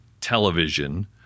television